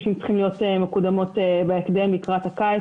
שהן צריכות להיות מקודמות בהקדם לקראת הקיץ,